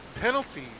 penalty